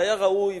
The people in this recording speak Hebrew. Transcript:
שהיה ראוי,